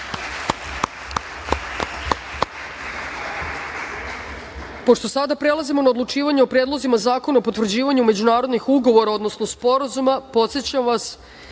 decom. Pošto sada prelazimo na odlučivanje o predlozima zakona o potvrđivanju međunarodnih ugovora, odnosno sporazuma, podsećam vas